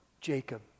Jacob